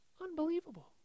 unbelievable